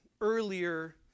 earlier